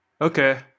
Okay